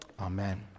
Amen